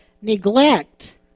Neglect